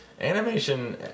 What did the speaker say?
animation